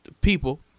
People